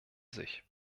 sich